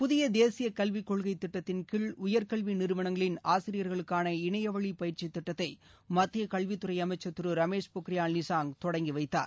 புதிய தேசிய கல்விக்கொள்கை திட்டத்தின் கீழ் உயர்கல்வி நிறுவனங்களின் ஆசிரியர்களுக்கான இணையவழி பயிற்சி திட்டத்தை மத்திய கல்வி துறை அமைச்சர் திரு ரமேஷ் பொக்ரியால் நிஷாங் தொடங்கி வைத்தார்